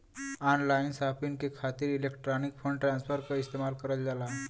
online shopping के खातिर electronic fund transfer क इस्तेमाल करल जाला